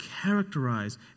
characterize